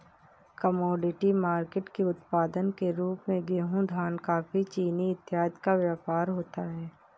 commodity market के उत्पाद के रूप में गेहूं धान कॉफी चीनी इत्यादि का व्यापार होता है